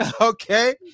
okay